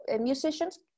musicians